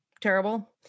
terrible